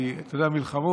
כי אתה יודע, מלחמות,